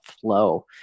flow